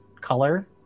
color